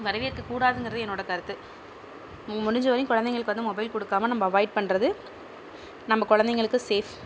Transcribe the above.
வரவேற்க கூடாதுங்கிறது என்னோடய கருத்து முடிந்த வரையும் குழந்தைங்களுக்கு வந்து மொபைல் கொடுக்காம நம்ம அவாய்ட் பண்ணுறது நம்ம குழந்தைங்களுக்கு சேஃப்